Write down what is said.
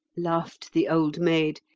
laughed the old maid,